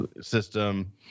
system